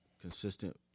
consistent